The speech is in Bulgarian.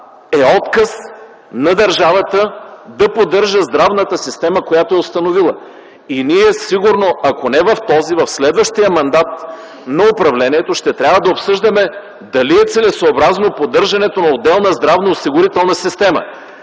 е отказ на държавата да поддържа здравната система, която е установила. И ние сигурно, ако не в този, в следващия мандат на управлението ще трябва да обсъждаме дали е целесъобразно поддържането на отделна здравноосигурителна система.